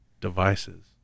Devices